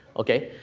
ok,